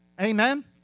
Amen